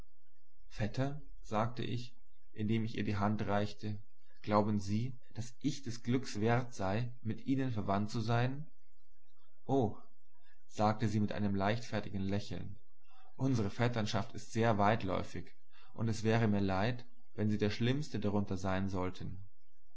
vetter sagte ich indem ich ihr die hand reichte glauben sie daß ich des glücks wert sei mit ihnen verwandt zu sein o sagte sie mit einem leichtfertigen lächeln unsere vetterschaft ist sehr weitläufig und es wäre mir leid wenn sie der schlimmste drunter sein sollten